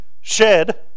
shed